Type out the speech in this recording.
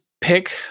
pick